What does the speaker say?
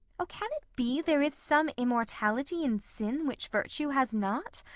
oh, can it be there is some immortality in sin, which virtue has not?